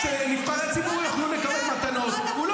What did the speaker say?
קראתי, קראתי את החוק ואת ההסתייגות שלכם.